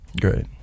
Great